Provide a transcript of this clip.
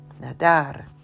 Nadar